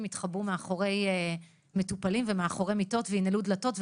יתחבאו מאחורי מטופלים ומאחורי מיטות ויינעלו דלתות,